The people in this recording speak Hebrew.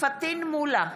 פטין מולא,